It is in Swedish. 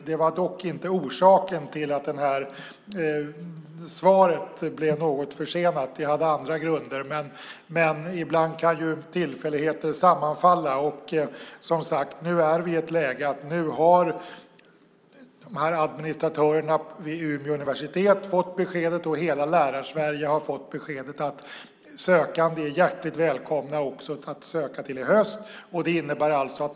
Det var dock inte orsaken till att svaret blev något försenat, utan det hade andra grunder. Men ibland kan ju tillfälligheter sammanfalla. Nu är vi, som sagt, i ett läge att administratörerna vid Umeå universitet och hela Lärarsverige har fått beskedet att sökande är hjärtligt välkomna att söka också till i höst.